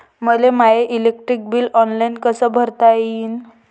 मले my electric bill online कस भरता येईन?